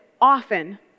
often